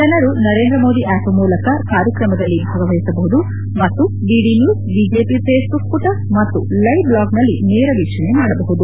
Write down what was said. ಜನರು ನರೇಂದ್ರ ಮೋದಿ ಆಪ್ ಮೂಲಕ ಕಾರ್ಯಕ್ರಮದಲ್ಲಿ ಭಾಗವಹಿಸಬಹುದು ಮತ್ತು ಡಿಡಿ ನ್ನೂಸ್ ಬಿಜೆಪಿ ಫೇಸ್ಬುಕ್ ಪುಟ ಮತ್ತು ಲೈವ್ ಬ್ಲಾಗ್ನಲ್ಲಿ ನೇರ ವೀಕ್ಷಣೆ ಮಾಡಬಹುದು